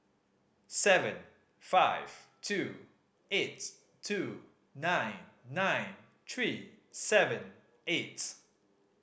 seven five two eight two nine nine three seven eight